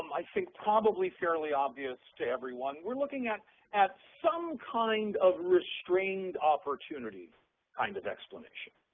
i think probably fairly obvious to everyone, we're looking at at some kind of restrained opportunity kind of explanation.